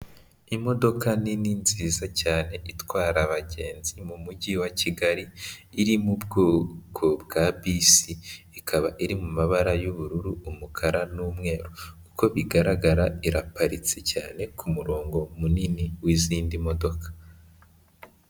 Imodoka nini nziza cyane itwara abagenzi mu mujyi wa Kigali, iri mu bwoko bwa bisi, ikaba iri mu mabara y'ubururu, umukara n'umweru, uko bigaragara iraparitse cyane ku murongo munini w'izindi modoka.